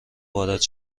وارد